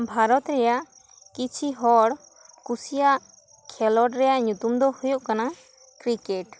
ᱵᱷᱟᱨᱚᱛ ᱨᱮᱭᱟᱜ ᱠᱤᱪᱷᱤ ᱦᱚᱲ ᱠᱩᱥᱤᱭᱟᱜ ᱠᱷᱮᱞᱚᱰ ᱨᱮᱭᱟᱜ ᱧᱩᱛᱩᱢ ᱫᱚ ᱦᱩᱭᱩᱜ ᱠᱟᱱᱟ ᱠᱨᱤᱠᱮᱴ